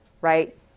Right